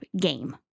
game